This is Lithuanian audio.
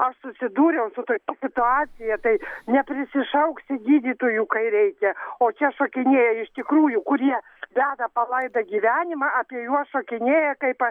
aš susidūriau su tokia situacija tai neprisišauksi gydytojų kai reikia o čia šokinėja iš tikrųjų kurie veda palaidą gyvenimą apie juos šokinėja kaip